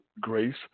Grace